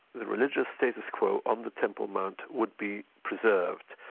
the religious status quo on the temple mount would be preserved.